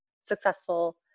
successful